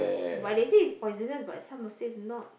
but they say it's poisonous but someone says not